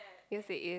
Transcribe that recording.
yes it is